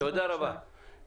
תודה רבה, גברתי.